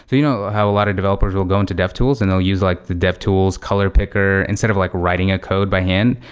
you know how a lot of developers will go into dev tools and they'll use like the dev tools color picker instead of like writing a code by hand,